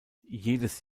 jedes